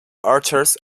archers